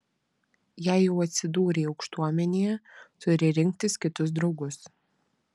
jei jau atsidūrei aukštuomenėje turi rinktis kitus draugus